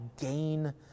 gain